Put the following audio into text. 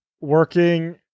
working